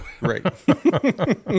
right